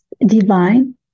divine